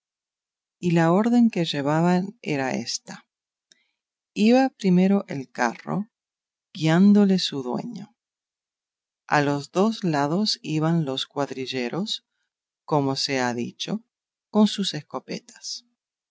y la orden que llevaban era ésta iba primero el carro guiándole su dueño a los dos lados iban los cuadrilleros como se ha dicho con sus escopetas